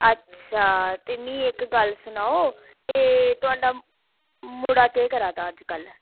अच्छा ते मिगी इक गल्ल सनाओ केह् थोआड़ा मुड़ा केह् करादा अज्जकल